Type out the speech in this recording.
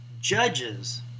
judges